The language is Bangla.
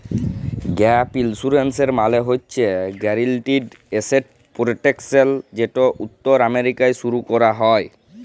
গ্যাপ ইলসুরেলস মালে হছে গ্যারেলটিড এসেট পরটেকশল যেট উত্তর আমেরিকায় শুরু ক্যরা হ্যয়